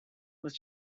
was